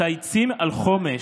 מצייצים על חומש.